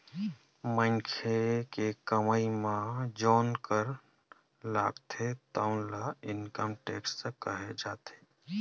मनखे के कमई म जउन कर लागथे तउन ल इनकम टेक्स केहे जाथे